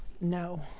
No